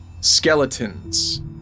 skeletons